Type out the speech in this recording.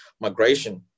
migration